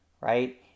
Right